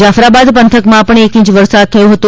જાફરાબાદ પંથકમાં પણ એક ઇંચ વરસાદ થયો હતો